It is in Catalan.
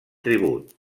tribut